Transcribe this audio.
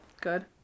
Good